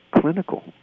clinical